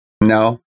No